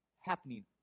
happening